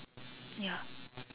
ya